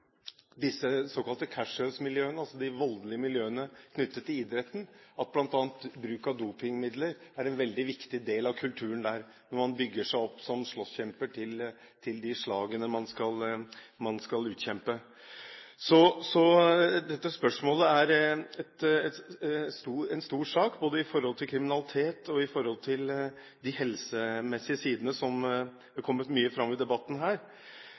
såkalte casuals-miljøene, altså de voldelige miljøene knyttet til idretten, at bl.a. bruk av dopingmidler er en veldig viktig del av kulturen når man bygger seg opp til slåsskjemper til de slagene man skal utkjempe. Så dette spørsmålet er en stor sak, både i forhold til kriminalitet og i forhold til de helsemessige sidene, som er kommet fram i debatten her.